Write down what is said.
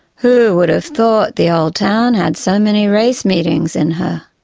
who would have thought the old town had so many race meetings in her?